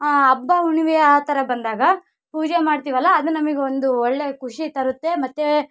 ಹಬ್ಬ ಹುಣ್ಣಿಮೆ ಆ ಥರ ಬಂದಾಗ ಪೂಜೆ ಮಾಡ್ತಿವಲ್ಲ ಅದು ನಮಗೊಂದು ಒಳ್ಳೆಯ ಖುಷಿ ತರುತ್ತೆ ಮತ್ತು